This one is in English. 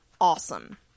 awesome